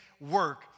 work